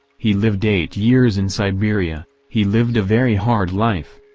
he lived eight years in siberia, he lived a very hard life.